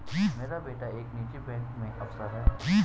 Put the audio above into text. मेरा बेटा एक निजी बैंक में अफसर है